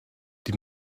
die